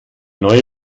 neue